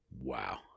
Wow